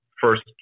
first